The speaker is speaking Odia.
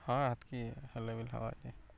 ହଁ ହେତ୍କି ହେଲେବି ହେବା ଯେ